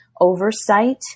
oversight